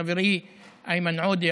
חברי איימן עודה,